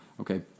Okay